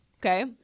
Okay